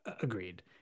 Agreed